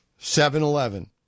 7-Eleven